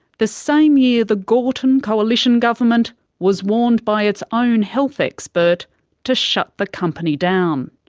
the same year the gorton coalition government was warned by its own health expert to shut the company down.